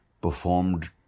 performed